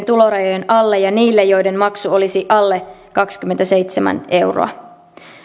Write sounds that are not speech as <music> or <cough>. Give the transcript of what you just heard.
<unintelligible> tulorajojen alle ja niille joiden maksu olisi alle kaksikymmentäseitsemän euroa